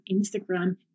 Instagram